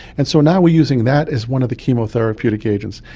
and so now we are using that as one of the chemotherapeutic agents.